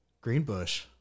greenbush